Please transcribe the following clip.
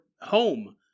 home